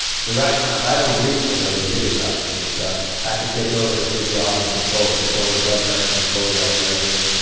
so right now, if i don't breathe for her, the jig is up. i mean so i have to take over her physiology and control her control her blood pressure, control her respiration.